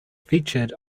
featured